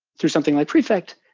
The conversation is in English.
through something like prefect,